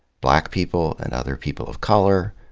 black people and other people of color,